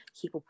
keep